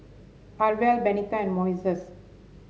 Arvel Bernetta and Moises